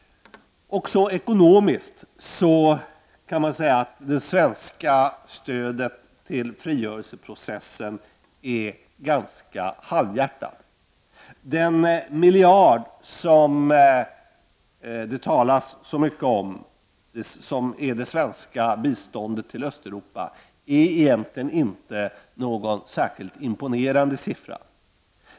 Även ekonomiskt kan man säga att det svenska stödet till frigörelseprocessen är ganska halvhjärtat. Den miljard som det talas så mycket om, som är det svenska biståndet till Östeuropa, är egentligen inte någon särskilt imponerande siffra.